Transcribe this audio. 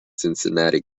cincinnati